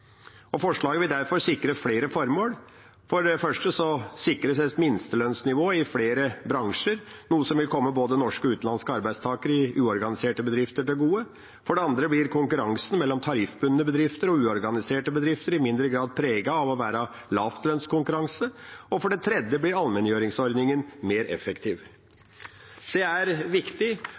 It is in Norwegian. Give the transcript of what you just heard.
Forslaget vil derfor sikre flere formål. For det første sikres et minstelønnsnivå i flere bransjer, noe som vil komme både norske og utenlandske arbeidstakere i uorganiserte bedrifter til gode. For det andre blir konkurransen mellom tariffbundne bedrifter og uorganiserte bedrifter i mindre grad preget av å være en lavlønnskonkurranse. For det tredje blir allmenngjøringsordningen mer effektiv. Det er viktig,